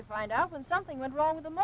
to find out when something went wrong with